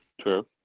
True